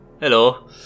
hello